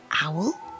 owl